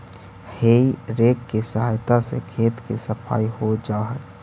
हेइ rake के सहायता से खेत के सफाई हो जा हई